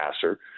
passer